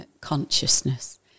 consciousness